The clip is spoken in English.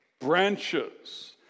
branches